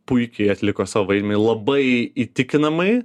puikiai atliko savo vaidmenį labai įtikinamai